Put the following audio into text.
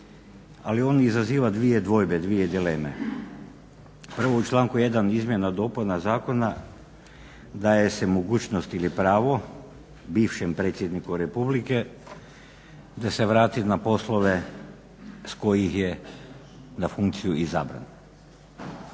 ali on izaziva dvije dvojbe, dvije dileme. Prvo u članku 1. izmjena i dopuna zakona daje se mogućnost ili pravo bivšem predsjedniku Republike da se vrati na poslove s kojih je na funkciju izabran.